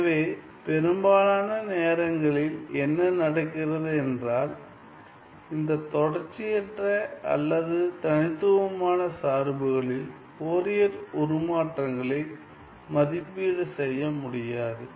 எனவே பெரும்பாலான நேரங்களில் என்ன நடக்கிறது என்றால் இந்த தொடர்ச்சியற்ற அல்லது தனித்துவமான சார்புகளில் ஃபோரியர் உருமாற்றங்களை மதிப்பீடு செய்ய முடியாது